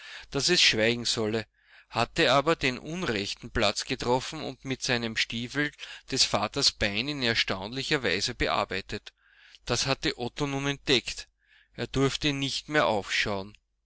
daß es schweigen solle hatte aber den unrechten platz getroffen und mit seinem stiefel des vaters bein in erstaunlicher weise bearbeitet das hatte otto nun entdeckt er durfte nicht mehr aufschauen